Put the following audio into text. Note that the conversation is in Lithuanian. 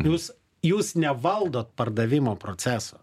jūs jūs nevaldot pardavimo proceso